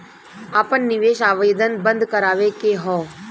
आपन निवेश आवेदन बन्द करावे के हौ?